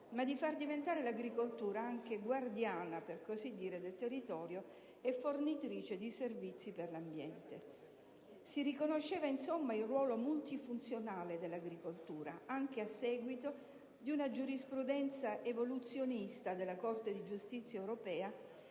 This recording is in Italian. ma di far diventare l'agricoltura anche guardiana, per così dire, del territorio e fornitrice di servizi per l'ambiente. Si riconosceva, insomma, il ruolo multifunzionale dell'agricoltura, anche a seguito di una giurisprudenza evoluzionista della Corte di giustizia europea,